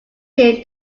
him